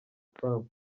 trump